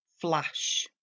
flash